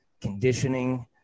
conditioning